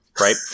right